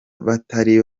batari